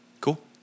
Cool